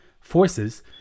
forces